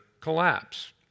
collapse